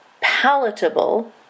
palatable